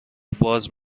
بازی